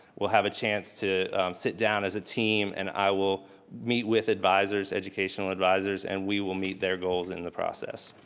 we'll have a chance to sit down as a team. and i will meet with advisors, educational advisers and we will meet their goals in the process.